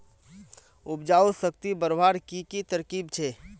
उपजाऊ शक्ति बढ़वार की की तरकीब छे?